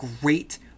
great